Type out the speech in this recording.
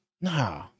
No